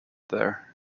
there